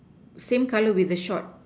same color with the shorts